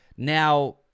Now